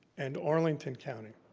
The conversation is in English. and arlington county.